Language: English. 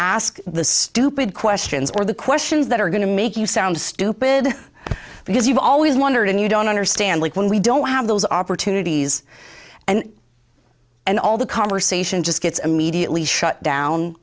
ask the stupid questions or the questions that are going to make you sound stupid because you've always wondered and you don't understand like when we don't have those opportunities and and all the conversation just gets immediately shut down